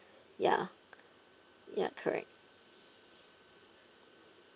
ya ya correct